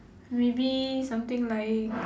maybe something like